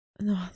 no